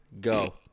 go